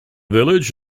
village